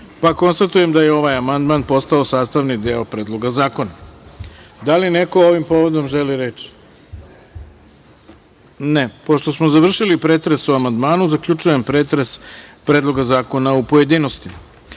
Srbije. Konstatujem da je ovaj amandman postao sastavni deo Predloga zakona. Da li neko želi reč? (Ne.)Pošto smo završili pretres o amandmanu, zaključujem pretres Predloga zakona, u pojedinostima. Pošto